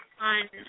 on